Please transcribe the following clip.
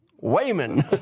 Wayman